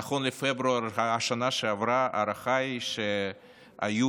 נכון לפברואר בשנה שעברה ההערכה היא שהיו